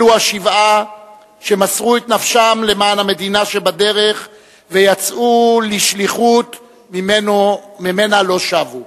אלו השבעה שמסרו את נפשם למען המדינה שבדרך ויצאו לשליחות שממנה לא שבו.